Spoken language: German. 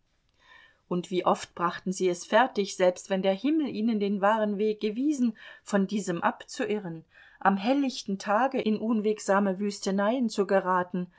und wie oft brachten sie es fertig selbst wenn der himmel ihnen den wahren weg gewiesen von diesem abzuirren am hellichten tage in unwegsame wüsteneien zu geraten